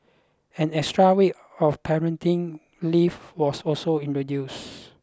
an extra week of parenting leave was also introduced